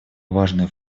важную